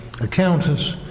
accountants